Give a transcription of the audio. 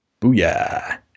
Booyah